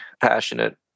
passionate